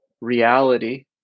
reality